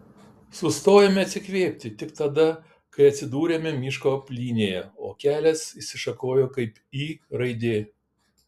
sustojome atsikvėpti tik tada kai atsidūrėme miško plynėje o kelias išsišakojo kaip y raidė